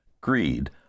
Greed